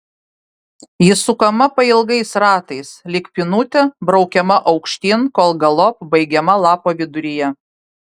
ji sukama pailgais ratais lyg pynutė braukiama aukštyn kol galop baigiama lapo viduryje